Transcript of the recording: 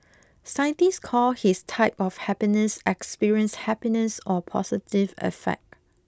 scientists call his type of happiness experienced happiness or positive affect